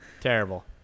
Terrible